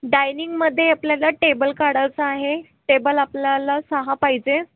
डायनिंगमध्ये आपल्याला टेबल काढायचा आहे टेबल आपल्याला सहा पाहिजे